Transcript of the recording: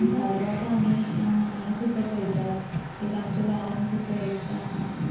धलो आतां आमी हांगास सुद्दां पळयतात एक आमच्या गांवान सुद्दां एक